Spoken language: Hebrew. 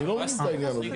אני לא מבין את העניין הזה.